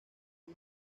muy